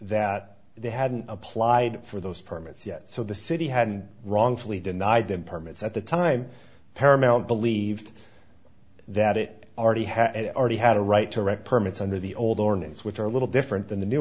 that they hadn't applied for those permits yet so the city had wrongfully denied them permits at the time paramount believed that it already had already had a right to rent permits under the old earnings which are a little different than the new